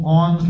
on